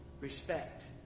respect